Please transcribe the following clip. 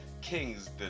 kings